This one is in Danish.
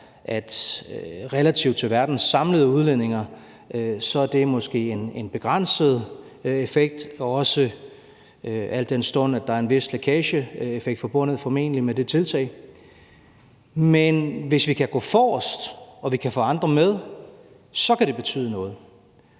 at relativt til verdens samlede udledninger er det måske en begrænset effekt, også al den stund at der er en vis lækageeffekt forbundet formentlig med det tiltag, men hvis vi kan gå forrest og vi kan få andre med, kan det betyde noget.